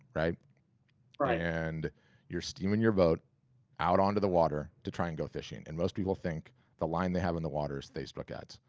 and you're steaming your boat out onto the water to try and go fishing, and most people think the line they have in the water is facebook ads.